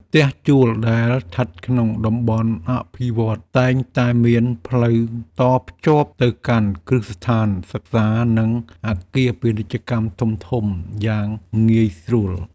ផ្ទះជួលដែលស្ថិតក្នុងតំបន់អភិវឌ្ឍន៍តែងតែមានផ្លូវតភ្ជាប់ទៅកាន់គ្រឹះស្ថានសិក្សានិងអគារពាណិជ្ជកម្មធំៗយ៉ាងងាយស្រួល។